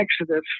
exodus